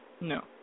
No